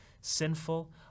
sinful